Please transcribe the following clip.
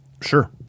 Sure